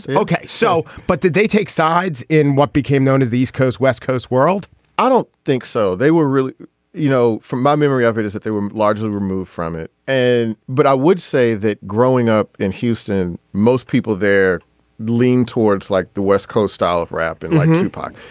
so ok so but did they take sides in what became known as the east coast west coast world i don't think so. they were really you know from my memory of it is that they were largely removed from it. and but i would say that growing up in houston most people there lean towards like the west coast style of rap and like tupac.